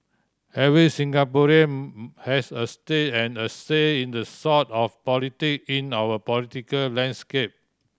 every Singaporean has a stake and a say in the sort of politic in our political landscape